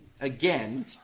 again